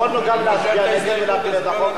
יכולנו גם להצביע נגד ולהפיל את החוק,